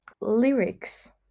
lyrics